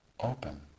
open